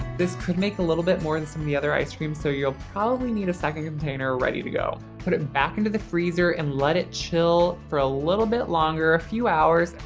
this could make a little bit more than some of the ice creams so you'll probably need a second container ready to go. put it back into the freezer and let it chill for a little bit longer, a few hours.